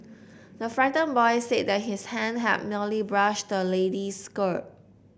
the frightened boy said that his hand had merely brushed the lady's skirt